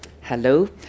Hello